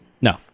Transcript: No